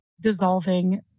dissolving